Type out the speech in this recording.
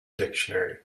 dictionary